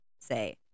say